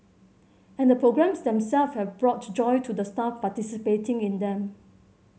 and the programmes themselves have brought joy to the staff participating in them